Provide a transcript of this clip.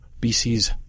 BC's